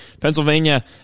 Pennsylvania